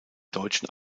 deutschen